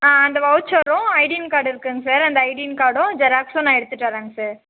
ஆ அந்த வவுச்சரும் identity card இருக்குதுங்க சார் அந்த ஐடென்ட்டி கார்டும் ஜெராக்ஸும் நான் எடுத்துட்டு வர்றேன்ங்க சார்